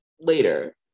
later